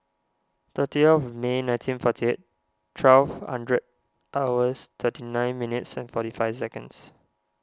thirty of May nineteen forty eight twelve hundred hours thirty nine minutes and forty five seconds